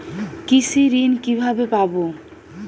কৃষি ঋন কিভাবে পাব?